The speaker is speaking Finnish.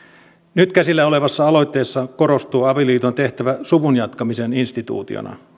nyt käsillä olevassa aloitteessa korostuu avioliiton tehtävä suvun jatkamisen instituutio na